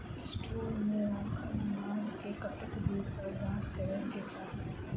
Store मे रखल अनाज केँ कतेक दिन पर जाँच करै केँ चाहि?